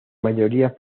mayoría